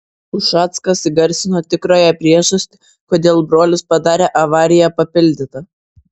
ušackas įgarsino tikrąją priežastį kodėl brolis padarė avariją papildyta